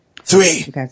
Three